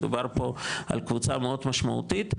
מדובר פה על קבוצה מאוד משמעותית,